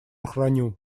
храню